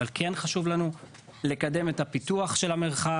אבל כן חשוב לנו לקדם את הפיתוח של המרחב,